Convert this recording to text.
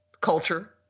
culture